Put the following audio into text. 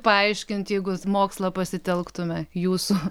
paaiškint jeigu mokslą pasitelktume jūsų